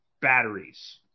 batteries